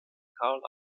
karl